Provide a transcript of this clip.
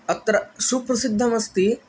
अत्र सुप्रसिद्धम् अस्ति